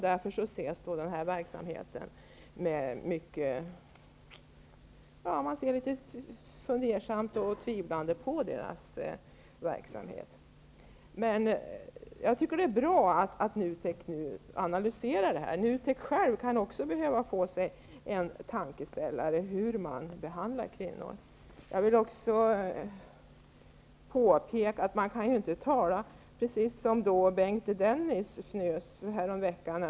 Därför ser man litet fundersamt och tvivlande på deras verksamhet. Det är bra att NUTEK analyserar det här. NUTEK kan också behöva få sig en tankeställare om hur man behandlar kvinnor. Jag vill också påpeka vad Bengt Dennis fnös åt häromveckan.